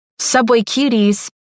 #SubwayCuties